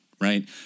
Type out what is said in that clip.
right